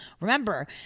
Remember